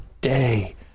day